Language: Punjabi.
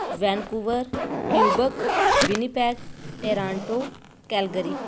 Vancouver Quebec Winnipeg Toronto Calgary